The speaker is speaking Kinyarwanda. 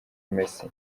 messi